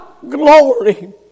glory